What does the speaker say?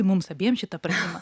mums abiem šitą pratimą